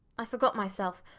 i forgot myself.